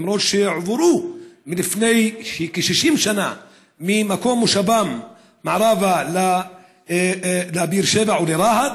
למרות שהועברו לפני כ-60 שנה ממקום מושבם מערבה לבאר שבע ולרהט